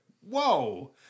whoa